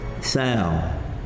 sound